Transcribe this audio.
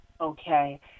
Okay